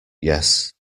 yes